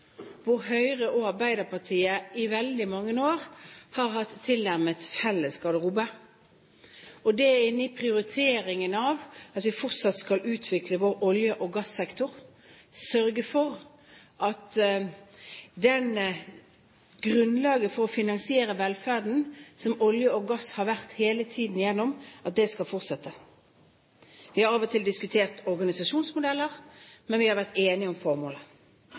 hvor Høyre og Arbeiderpartiet i veldig mange år har hatt tilnærmet felles garderobe. Det er å prioritere at vi fortsatt skal utvikle vår olje- og gassektor, sørge for at grunnlaget for finansiering av velferden, som olje og gass har vært hele tiden, skal fortsette. Vi har av og til diskutert organisasjonsmodeller, men vi har vært enige om formålet.